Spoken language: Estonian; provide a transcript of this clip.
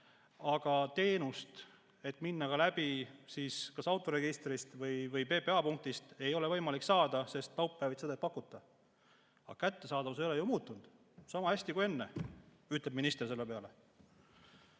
aga teenust, kui minna läbi kas autoregistrist või PPA punktist, ei ole võimalik saada, sest laupäeviti seda ei pakuta. Aga kättesaadavus ei ole ju muutunud, sellega on sama hästi kui enne, ütleb minister selle peale.